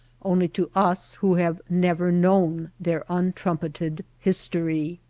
only to us who have never known their untrumpeted history.